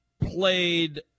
played